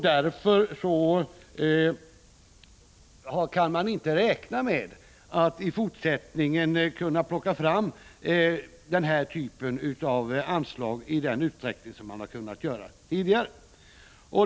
Därför kan man inte räkna med att i fortsättningen kunna plocka fram den här typen av anslag i den utsträckning som man kunnat göra tidigare.